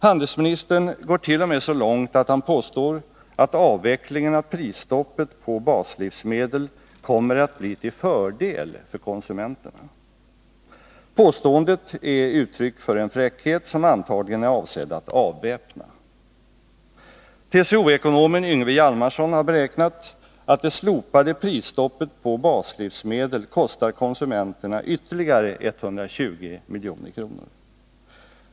Handelsministern går t.o.m. så långt att han påstår att avvecklingen av prisstoppet på baslivsmedel kommer att bli till fördel för konsumenterna. Påståendet är uttryck för en fräckhet som antagligen är avsedd att avväpna. TCO-ekonomen Yngve Hjalmarsson har beräknat att slopandet av prisstoppet på baslivsmedel kostar konsumenterna ytterligare 120 milj.kr.